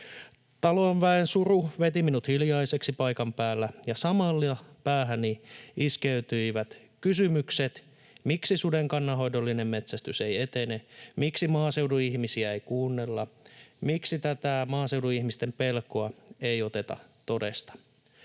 Talonväen suru veti minut hiljaiseksi paikan päällä, ja samalla päähäni iskeytyivät kysymykset: Miksi suden kannanhoidollinen metsästys ei etene? Miksi maaseudun ihmisiä ei kuunnella? Miksi tätä maaseudun ihmisten pelkoa ei oteta todesta?